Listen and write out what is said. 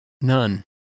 None